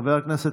חבר הכנסת